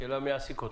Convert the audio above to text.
שאלה מי יעסיק אותו.